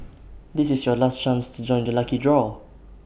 this is your last chance to join the lucky draw